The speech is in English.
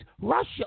Russia